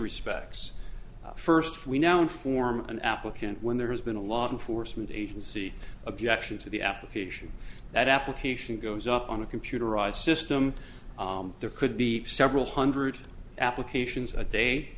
respects first we now inform an applicant when there has been a law enforcement agency objection to the application that application goes up on a computerized system there could be several hundred applications a day